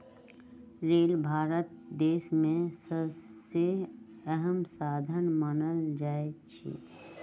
rail Bharat देश में सबसे अहम साधन मानल जाई छई